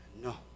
No